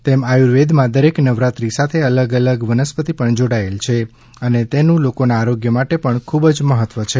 તેમ આયુર્વેદમાં દરેક નવરાત્રી સાથે અલગ અલગ વનસ્પતિ પણ જોડાયેલી છે અને તેનું લોકોના આરોગ્ય માટે પણ ખુબ જ મહત્વ છે